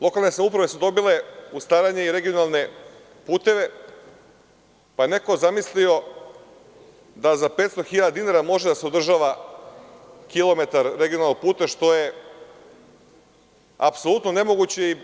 Lokalne samouprave su dobile u staranje i regionalne puteve, pa je neko zamislio da za 500.000 dinara može da se održava kilometar regionalnog puta, što je apsolutno nemoguće.